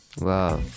Wow